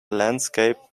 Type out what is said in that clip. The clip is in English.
landscape